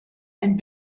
and